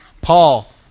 Paul